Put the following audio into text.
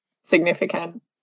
significant